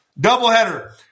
doubleheader